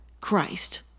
Christ